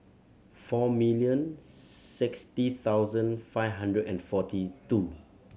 four million sixty thousand five hundred and forty two